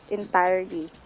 entirely